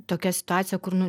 tokia situacija kur nu